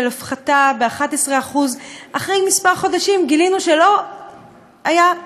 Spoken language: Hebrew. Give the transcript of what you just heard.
של הפחתה של 11% אחרי כמה חודשים גילינו שלא כך דבר,